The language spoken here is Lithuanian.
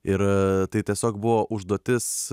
ir tai tiesiog buvo užduotis